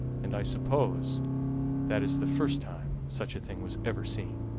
and i suppose that is the first time such a thing was ever seen.